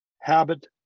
Habit